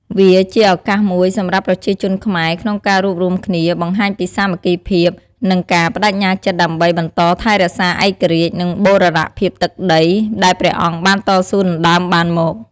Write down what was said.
វាជាឱកាសមួយសម្រាប់ប្រជាជនខ្មែរក្នុងការរួបរួមគ្នា បង្ហាញពីសាមគ្គីភាព និងការប្ដេជ្ញាចិត្តដើម្បីបន្តថែរក្សាឯករាជ្យ និងបូរណភាពទឹកដីដែលព្រះអង្គបានតស៊ូដណ្ដើមបានមក។